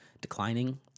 declining